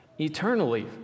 eternally